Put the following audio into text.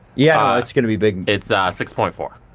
yeah, it's gonna be big. it's ah six point four.